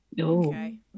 Okay